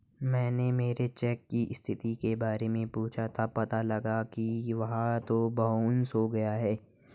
मैंने मेरे चेक की स्थिति के बारे में पूछा तब पता लगा कि वह तो बाउंस हो गया है